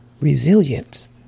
Resilience